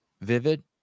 vivid